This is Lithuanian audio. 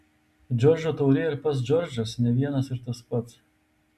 džordžo taurė ir pats džordžas ne vienas ir tas pats